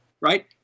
right